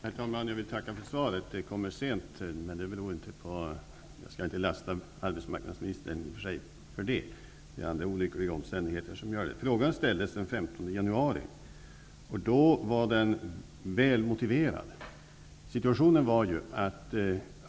Herr talman! Jag vill tacka för svaret. Det kommer sent, men jag skall inte lasta arbetsmarknadsministern för det. Det är andra olyckliga omständigheter som lett till detta. Frågan ställdes den 15 januari, och då var situationen en helt annan.